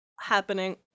happening